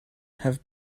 have